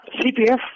CPF